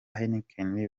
heineken